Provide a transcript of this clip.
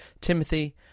Timothy